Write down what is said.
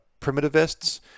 primitivists